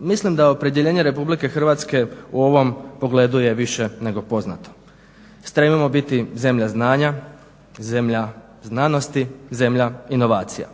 Mislim da opredjeljenje RH u ovom pogledu više je nego poznato. Stremimo biti zemlja znanja, zemlja znanosti, zemlja inovacija.